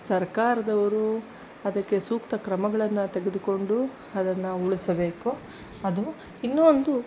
ಸರ್ಕಾರದವರು ಅದಕ್ಕೆ ಸೂಕ್ತ ಕ್ರಮಗಳನ್ನು ತೆಗೆದುಕೊಂಡು ಅದನ್ನು ಉಳಿಸ್ಬೇಕು ಅದು ಇನ್ನೂ ಒಂದು